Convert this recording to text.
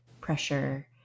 pressure